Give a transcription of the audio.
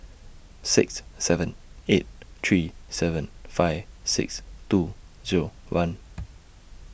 six seven eight three seven five six two Zero one